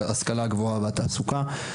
ההשכלה הגבוהה והתעסוקה.